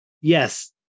Yes